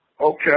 Okay